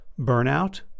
burnout